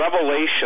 revelation